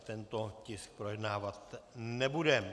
Tento tisk projednávat nebudeme.